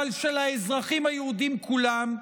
אבל של האזרחים היהודים כולם,